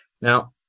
Now